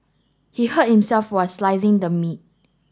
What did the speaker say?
he hurt himself while slicing the meat